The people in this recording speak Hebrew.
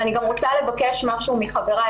אני גם רוצה לבקש משהו מחבריי,